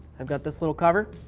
i've got this little cover,